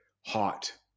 hot